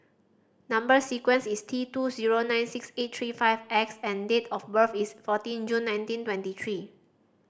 number sequence is T two zero nine six eight three five X and date of birth is fourteen June nineteen twenty three